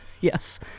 yes